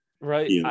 right